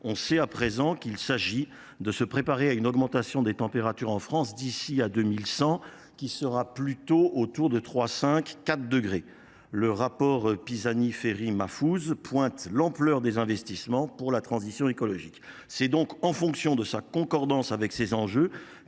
l’on sait à présent qu’il s’agit de se préparer à une augmentation des températures en France d’ici à 2100 de l’ordre de 3,5 à 4 degrés. Le rapport Pisani Ferry Mahfouz pointe l’ampleur des investissements nécessaires pour la transition écologique. C’est donc en fonction de sa concordance avec ces enjeux